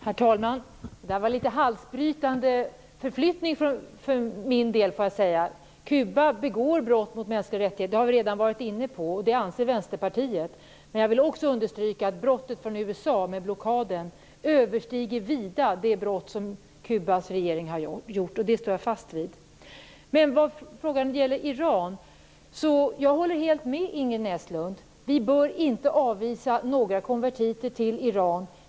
Herr talman! Det var en litet väl halsbrytande förflyttning för min del. Kuba begår brott mot de mänskliga rättigheterna. Det har vi redan varit inne på. Det anser Vänsterpartiet. Men jag vill också understryka att USA:s brott, blockaden, vida överstiger det brott som Kubas regeringen har begått. Det står jag fast vid. Vad gäller Iran håller jag helt med Ingrid Näslund. Vi bör inte avvisa några konvertiter till Iran.